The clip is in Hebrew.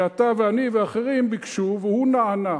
שאתה ואני ואחרים ביקשו והוא נענה.